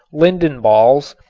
linden-balls,